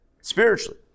Spiritually